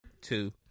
two